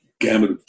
gamut